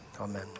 Amen